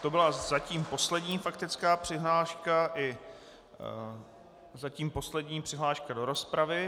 To byla zatím poslední faktická přihláška i zatím poslední přihláška do rozpravy.